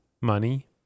money